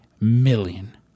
million